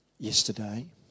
Yesterday